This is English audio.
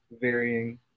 varying